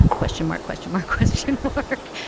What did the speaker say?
question mark. question my question. look,